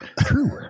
True